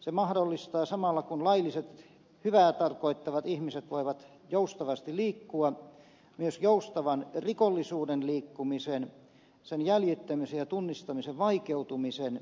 se mahdollistaa samalla kun lailliset hyvää tarkoittavat ihmiset voivat joustavasti liikkua myös joustavan rikollisuuden liikkumisen sen jäljittämisen ja tunnistamisen vaikeutumisen